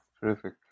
Terrific